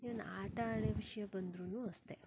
even ಆಟ ಆಡೋ ವಿಷಯ ಬಂದ್ರು ಅಷ್ಟೆ